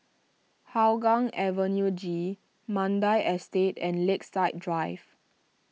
Hougang Avenue G Mandai Estate and Lakeside Drive